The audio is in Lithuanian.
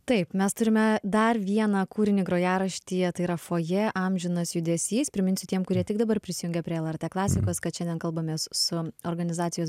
taip mes turime dar vieną kūrinį grojaraštyje tai yra fojė amžinas judesys priminsiu tiem kurie tik dabar prisijungia prie lrt klasikos kad šiandien kalbamės su organizacijos